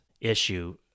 issue